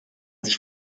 sich